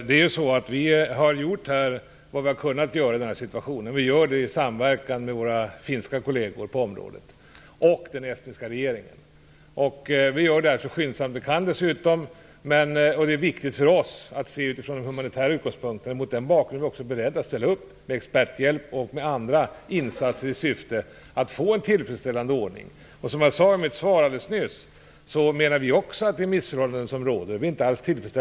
Herr talman! Vi har gjort vad vi kan göra i denna situation. Vi gör det i samverkan med våra finska kollegor på området och den estniska regeringen. Detta görs dessutom så skyndsamt som möjligt. Det är viktigt för oss att agera från humanitära utgångspunkter. Mot den bakgrunden är vi beredda att ställa upp med experthjälp och med andra insatser i syfte att få en tillfredsställande ordning. Som jag sade i mitt svar alldeles nyss är vi inte alls tillfredsställda med de missförhållanden som råder.